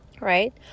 Right